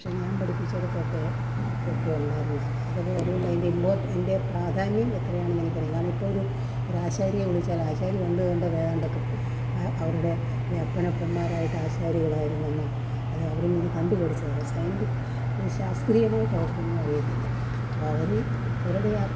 പക്ഷേ ഞാൻ പഠിപ്പിച്ചേടത്തൊക്കെ ഇതൊക്കെ ഉണ്ടായിരുന്നതാണ് അഥവാ അതുകൊണ്ട് അതിൻ്റെ ഇംപോർട്ടൻ്റ് അതിൻ്റെ പ്രാധാന്യം എത്രയാണെന്ന് എനിക്ക് അറിയാം കാരണം ഇപ്പോൾ ഒരു ഒരാശാരിയെ വിളിച്ചാൽ ആശാരി പണ്ട് കണ്ടതേതാണ്ടൊക്കെ അവരുടെ ഈ അപ്പനപ്പൂപ്പന്മാരായിട്ട് ആശാരികളായിരുന്നെന്നും അത് അവരിൽ നിന്നും കണ്ട് പഠിച്ചതാണ് ഈ ശാസ്ത്രീയമായിട്ടവർക്കൊന്നും അറിയത്തില്ല അപ്പോൾ അവരും അവരുടെ ആ